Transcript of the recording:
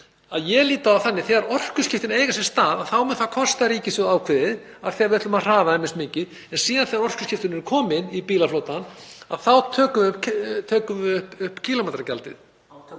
Ég lít á það þannig að þegar orkuskiptin eiga sér stað þá mun það kosta ríkissjóð ákveðið, af því að við ætlum að hraða þeim mikið, en síðan þegar orkuskiptin eru komin í bílaflotann þá tökum við upp kílómetragjaldið.